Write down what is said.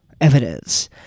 evidence